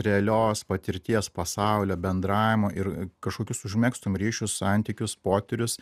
realios patirties pasaulio bendravimo ir kažkokius užmegztum ryšius santykius potyrius